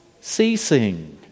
ceasing